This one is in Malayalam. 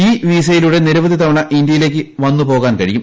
ഈ വിസയിലൂടെ നിരവധി തവണ ഇന്ത്യയിലേക്ക് വന്നുപോകാൻ കഴിയും